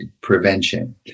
prevention